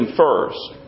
first